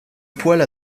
poils